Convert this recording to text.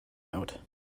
note